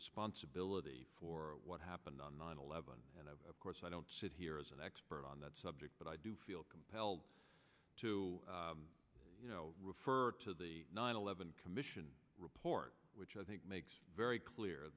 responsibility for what happened on nine eleven and of course i don't sit here as an expert on that subject but i do feel compelled to refer to the nine eleven commission report which i think makes very clear